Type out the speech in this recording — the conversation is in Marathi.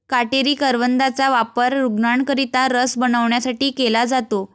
काटेरी करवंदाचा वापर रूग्णांकरिता रस बनवण्यासाठी केला जातो